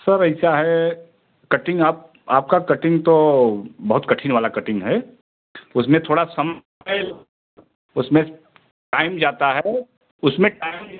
sir ऐसा है cutting आप आपका कटिंग तो बहुत कठिन वाला कटिंग है उसमें थोड़ा समय उसमें टाइम जाता है उसमें टाइम